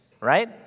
right